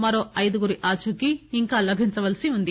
మరో ఐదుగురి ఆచూకీ ఇంకా లభించాల్పి ఉంది